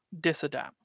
disadapt